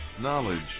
Knowledge